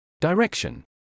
Direction